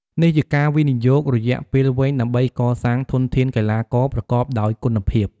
នេះជាការវិនិយោគរយៈពេលវែងដើម្បីកសាងធនធានកីឡាករប្រកបដោយគុណភាព។